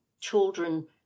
children